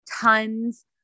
tons